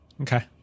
Okay